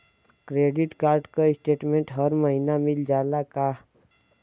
Credit card क statement हर महिना मिल जाला का?